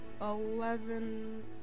Eleven